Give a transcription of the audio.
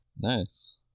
nice